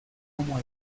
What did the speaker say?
como